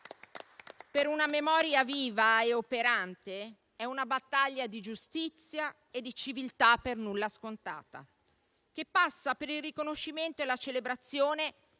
per una memoria viva e operante è una battaglia di giustizia e di civiltà per nulla scontata, che passa per il riconoscimento e la celebrazione